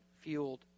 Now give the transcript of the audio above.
fueled